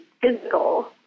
physical